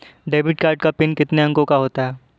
Debit card का PIN कितने अंकों का होता है?